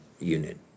unit